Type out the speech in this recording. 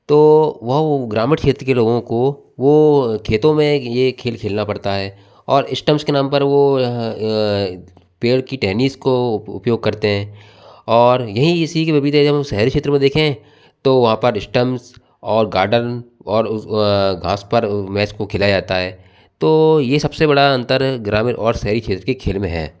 तो वो ग्रामीण क्षेत्र के लोगों को वो खेतों में ये खेल खेलना पड़ता है और स्टंप्स के नाम पर वो पेड़ की टहनीज़ को उपयोग करते हैं और शहरी क्षेत्र में देखें तो वहाँ पर स्टम्प और गार्डन और घास पर मैच को खेला जाता है तो ये सबसे बड़ा अंतर ग्रामीण और शहरी क्षेत्र के खेल में है